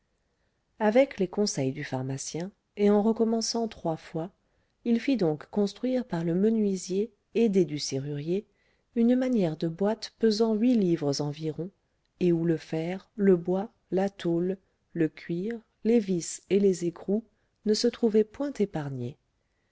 avec les conseils du pharmacien et en recommençant trois fois il fit donc construire par le menuisier aidé du serrurier une manière de boîte pesant huit livres environ et où le fer le bois la tôle le cuir les vis et les écrous ne se trouvaient